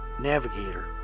navigator